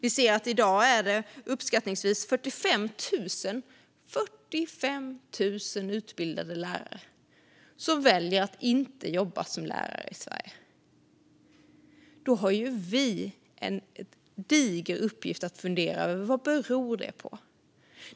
I dag är det uppskattningsvis 45 000 utbildade lärare som väljer att inte jobba som lärare i Sverige. Vi har en diger uppgift att fundera på vad det beror på.